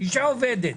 אשה עובדת.